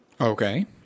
Okay